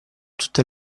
tutte